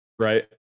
right